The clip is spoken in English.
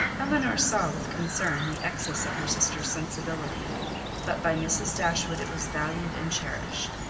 elinor saw, with concern, the excess of her sister's sensibility but by mrs. dashwood it was valued and cherished.